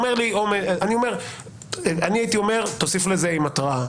אני הייתי אומר שתוסיפו לזה "עם התראה".